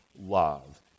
love